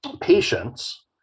patients